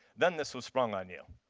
then this was sprung on you,